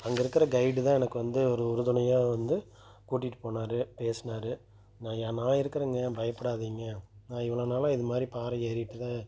அங்கே இருக்கிற கைடு தான் எனக்கு வந்து ஒரு உறுதுணையாக வந்து கூட்டிகிட்டு போனார் பேசுனார் நான் யா நான் இருக்கிறேங்க பயப்புடாதீங்க நான் இவ்வளோ நாளாக இது மாதிரி பாறை ஏறிகிட்டு தான்